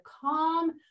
calm